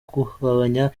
kugabanya